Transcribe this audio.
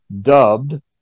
dubbed